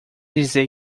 dizer